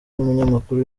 n’umunyamakuru